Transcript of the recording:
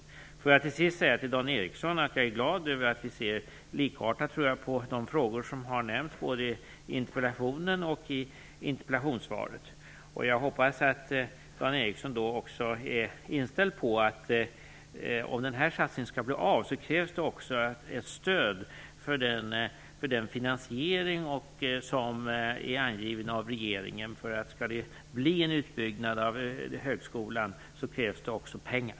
Till sist vill jag säga till Dan Ericsson att jag är glad över att vi ser likartat på de frågor som tagits upp i interpellationen och i interpellationssvaret. Jag hoppas att Dan Ericsson är inställd på att det också krävs ett stöd för den finansiering som regeringen angivit. Om det skall bli en utbyggnad av högskolan krävs det pengar.